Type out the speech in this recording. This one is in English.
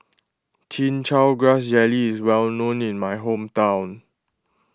Chin Chow Grass Jelly is well known in my hometown